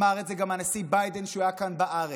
אמר את זה גם הנשיא ביידן כשהוא היה כאן בארץ.